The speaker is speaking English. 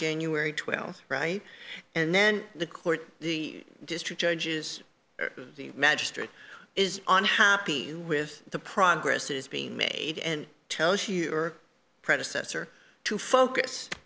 january twelfth right and then the court the district judges the magistrate is unhappy with the progress is being made and tells you your predecessor to focus